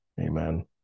amen